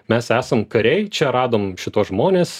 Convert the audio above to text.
mes esam kariai čia radom šituos žmones